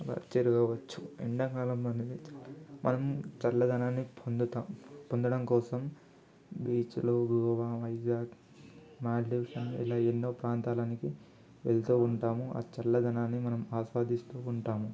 తిరగవచ్చు ఎండాకాలం అయితే మనం చల్లదనాన్ని పొందుతాం పొందడం కోసం బీచ్లు గోవా వైజాగ్ మాల్దీవ్స్ అని ఇలా ఎన్నో ప్రాంతాలనికి వెళ్తూ ఉంటాము ఆ చల్లదనాన్ని మనం ఆస్వాదిస్తూ ఉంటాము